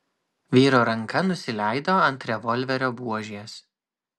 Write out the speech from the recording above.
vyro ranka nusileido ant revolverio buožės